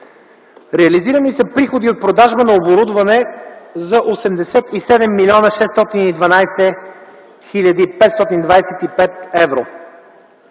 Реализирани са приходи от продажба на оборудване за 87 612 525 евро.